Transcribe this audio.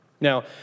now